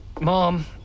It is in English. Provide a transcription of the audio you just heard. Mom